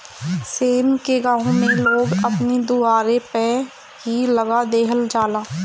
सेम के गांव में लोग अपनी दुआरे पअ ही लगा देहल जाला